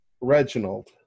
Reginald